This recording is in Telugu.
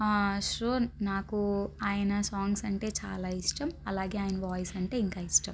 సో నాకూ ఆయన సాంగ్స్ అంటే చాలా ఇష్టం అలాగే ఆయన వాయిస్ అంటే ఇంకా ఇష్టం